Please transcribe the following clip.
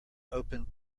open